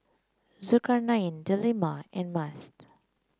Zulkarnain Delima and Mast